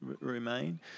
remain